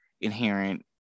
inherent